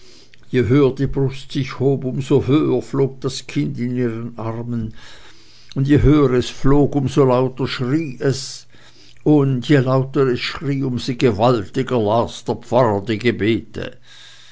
je höher ihre brust sich hob um so höher flog das kind in ihren armen und je höher es flog um so lauter schrie es und je lauter es schrie um so gewaltiger las der pfarrer die gebete